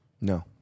No